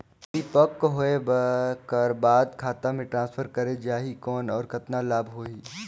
परिपक्व होय कर बाद खाता मे ट्रांसफर करे जा ही कौन और कतना लाभ होही?